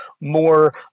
more